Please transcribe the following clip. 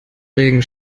regen